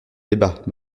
débats